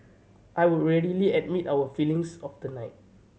I would readily admit our failings of the night